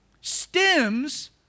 stems